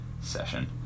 Session